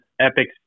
epic